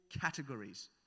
categories